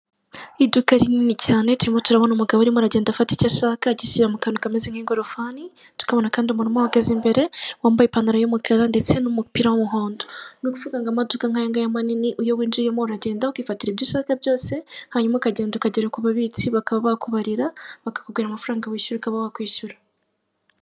Iduka rinini cyane turimo turabona umugabo arimo aragenda afata icyo ashaka agishyira mu kantu kameze nk'ingorofani, tukabona kandi umuntu umuhagaze imbere, wambaye ipantaro y'umukara ndetse n'umupira w'umuhondo. Ni ukuvuga ngo amaduka nk'agaya manini iyo winjiyemo uragenda ukifatira ibyo ushaka byose, hanyuma ukagenda ukagera ku babitsi bakaba bakubara, bakakubwira amafaranga wishyura, ukaba bwakwishyura.